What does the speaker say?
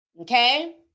okay